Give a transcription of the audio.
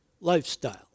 lifestyle